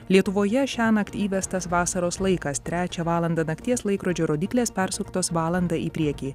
lietuvoje šiąnakt įvestas vasaros laikas trečią valandą nakties laikrodžio rodyklės persuktos valanda į priekį